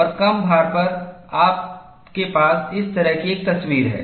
और कम भार पर आपके पास इस तरह की एक तस्वीर है